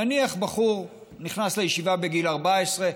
נניח שבחור נכנס לישיבה בגיל 14,